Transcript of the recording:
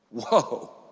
Whoa